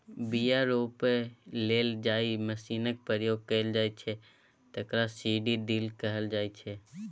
बीया रोपय लेल जाहि मशीनक प्रयोग कएल जाइ छै तकरा सीड ड्रील कहल जाइ छै